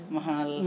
mahal